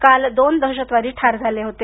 काल दोन दहशतवादी ठार झाले होते